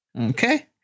Okay